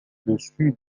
dessus